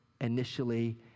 initially